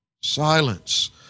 silence